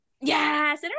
Yes